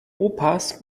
opas